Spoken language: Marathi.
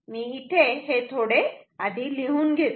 मी इथे थोडे लिहून घेतो